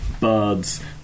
birds